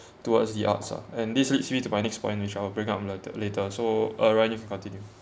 towards the arts ah and this leads me to my next point which I'll bring up lat~ later so uh ryan you can continue